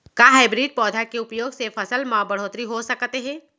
का हाइब्रिड पौधा के उपयोग से फसल म बढ़होत्तरी हो सकत हे?